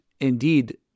indeed